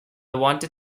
wanted